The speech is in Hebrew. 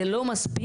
זה לא מספיק,